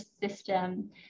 system